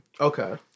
Okay